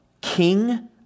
king